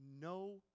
no